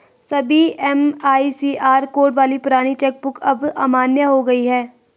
सभी MICR code वाली पुरानी चेक बुक अब अमान्य हो गयी है